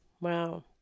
wow